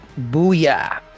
Booyah